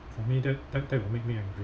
for me that that will make me angry